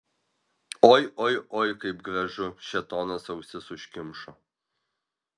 oi oi oi kaip gražu šėtonas ausis užkimšo